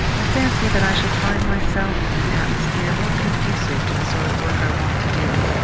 i fancy that i shall find myself in an atmosphere more conducive to the sort of work i want to do.